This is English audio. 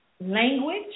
language